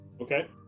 okay